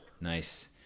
Nice